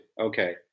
Okay